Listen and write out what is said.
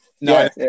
No